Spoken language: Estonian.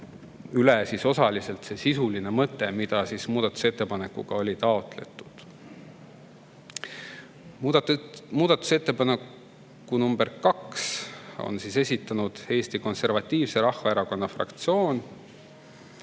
üle osaliselt see sisuline mõte, mida muudatusettepanekuga oli taotletud. Muudatusettepaneku nr 2 on esitanud Eesti Konservatiivse Rahvaerakonna fraktsioon.